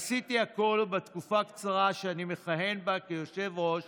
עשיתי הכול בתקופה הקצרה שאני מכהן בה כיושב-ראש